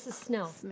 snell. snell.